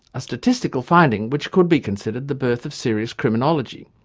a statistical finding which could be considered the birth of serious criminology.